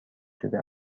شده